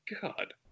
God